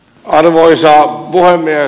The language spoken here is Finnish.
arvoisa puhemies